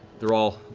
they're all,